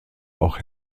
auch